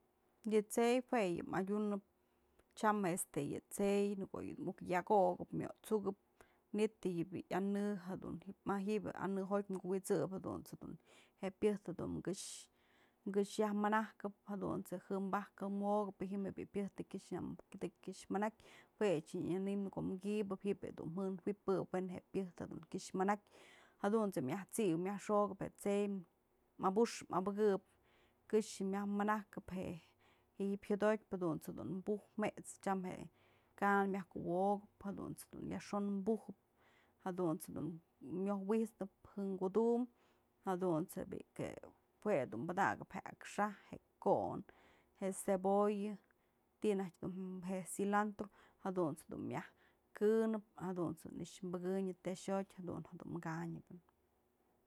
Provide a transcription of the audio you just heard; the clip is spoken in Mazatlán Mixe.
Yë tse'ey jue yë adyunëp tyam este yë tse'ey në ko'o yë muk yëk okëp, mioj t'sukëp, manytë yë bi'i yan në jadun, ji'ib je anë jotyë kuwi'isëp jadunt's jedun je'e pyëjt jedun kyëx, kyëx yaj manajkëp, jadunt's je'e jën bajk wo'okëp pë ji'im bi'i pyëjtë të kyëx manak, jue a'ax dun nyënëm kom ki'ibëp ji'ib bi'i dun jën juipëp, we'en jë pyëjtë dun kyëx manak, jadun je'e myaj t'sip, myaj xokëp je tse'ey, abux mabëkëp këxë myaj manajkëp je'e ji'ib jyodotypë, jadunt's jedun bujë jet's nëp tyam je'e kan myaj kuwokëp, jadunt's dun yajxon bujëp, jadunt's jedun myoj wi'its nëp jën kudum, jadunt's je'e bi'i je jue dun padakëp, je'e akxaj, je'e ko'on, je'e cebolla, tinajtyë dum, je cilantro jadunt's dun myaj kënëp, jadunt's dun nëkxë pekyënë te'ex jyotë jadun dun kanyëp.